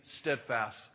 steadfast